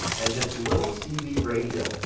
and this little cb radio.